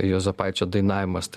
juozapaičio dainavimas tai